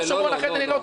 ואז נראה אותך מדבר.